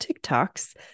TikToks